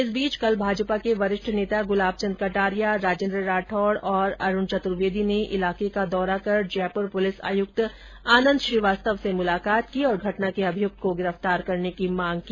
इस बीच कल भाजपा के वरिष्ठ नेता गुलाब चंद कटारिया राजेंद्र राठौड और अरूण चतूर्वेद ने इलाके का दौरा कर जयपुर पुलिस आयुक्त आनंद श्रीवास्तव से मुलाकात की और घटना के अभियुक्त को गिरफतार करने की माँग की